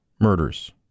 murders